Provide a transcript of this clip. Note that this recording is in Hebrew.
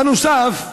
בנוסף,